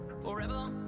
Forever